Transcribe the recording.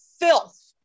filth